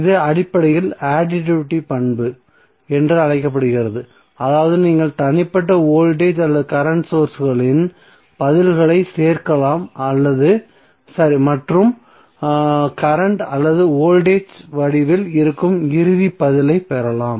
இது அடிப்படையில் அடிட்டிவிட்டி பண்பு என்று அழைக்கப்படுகிறது அதாவது நீங்கள் தனிப்பட்ட வோல்டேஜ் அல்லது கரண்ட் சோர்ஸ்களின் பதில்களைச் சேர்க்கலாம் மற்றும் கரண்ட் அல்லது வோல்டேஜ் வடிவில் இருக்கும் இறுதி பதிலைப் பெறலாம்